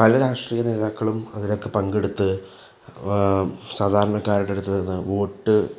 പല രാഷ്ട്രീയ നേതാക്കളും അതിലൊക്കെ പങ്കെടുത്ത് സാധാരാണക്കാരുടെ അടുത്തുനിന്ന് വോട്ട്